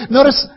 Notice